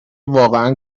واقعا